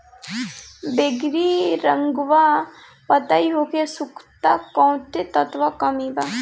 बैगरी रंगवा पतयी होके सुखता कौवने तत्व के कमी बा?